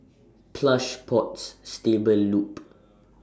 Plush Pods Stable Loop